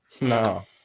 no